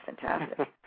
fantastic